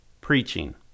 preaching